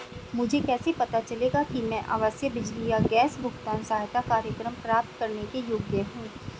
मुझे कैसे पता चलेगा कि मैं आवासीय बिजली या गैस भुगतान सहायता कार्यक्रम प्राप्त करने के योग्य हूँ?